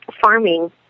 farming